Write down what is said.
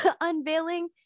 unveiling